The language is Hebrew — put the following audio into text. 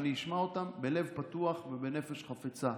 ואני אשמע אותם בלב פתוח ובנפש חפצה.